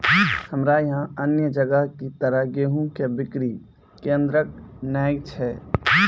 हमरा यहाँ अन्य जगह की तरह गेहूँ के बिक्री केन्द्रऽक नैय छैय?